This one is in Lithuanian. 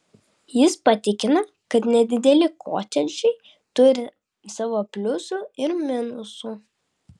jis patikino kad nedideli kotedžai turi savo pliusų ir minusų